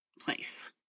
place